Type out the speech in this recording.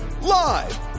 live